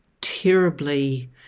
terribly